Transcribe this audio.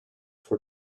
for